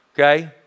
okay